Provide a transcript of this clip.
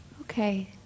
Okay